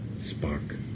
spark